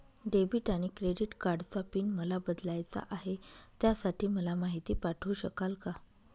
Debit आणि credit कार्डचा pin मला बदलायचा आहे, त्यासाठी मला माहिती पाठवू शकाल का?